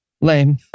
lame